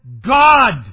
God